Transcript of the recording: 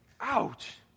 Ouch